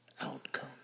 outcome